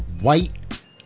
White